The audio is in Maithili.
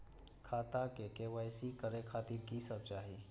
खाता के के.वाई.सी करे खातिर की सब चाही?